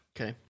Okay